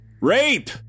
Rape